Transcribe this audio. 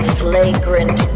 flagrant